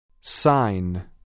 Sign